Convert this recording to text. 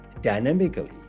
dynamically